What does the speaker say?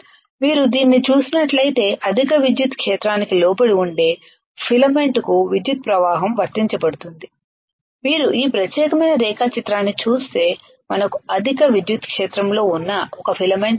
మీరు దీనిని చూసినట్లయితే అధిక విద్యుత్ క్షేత్రానికి లోబడి ఉండే ఫిలమెంట్కు విద్యుత్ ప్రవాహం వర్తించబడుతుంది మీరు ఈ ప్రత్యేకమైన రేఖాచిత్రాన్ని చూస్తే మనకు అధిక విద్యుత్ క్షేత్రంలో ఉన్న ఒక ఫిలమెంట్ ఉంది